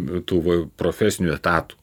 tų profesinių etatų